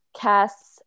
Cass